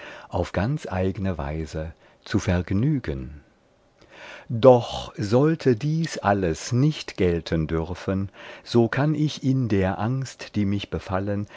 auf ganz eigne weise zu vergnügen doch sollte dies alles nicht gelten dürfen so kann ich in der angst die mich befallen